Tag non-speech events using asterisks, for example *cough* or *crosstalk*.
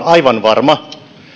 *unintelligible* aivan varma